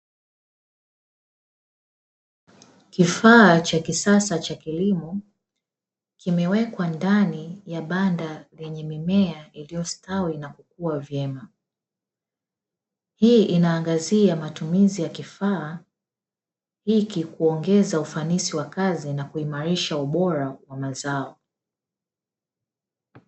Kifaa cha kisasa cha kilimo kimewekwa ndani ya banda lenye mimea iliyostawi na kukua vyema. Hii inaangazia matumizi ya kifaa hiki kuongeza ufanisi wa kazi na kuimarisha ubora wa mazao.